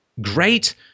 great